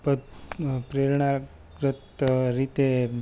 પ્રેરણાગ્રત રીતે